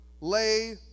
lay